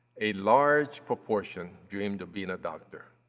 a large proportion dreamed of being a doctor.